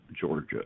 Georgia